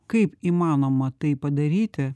kaip įmanoma tai padaryti